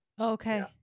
Okay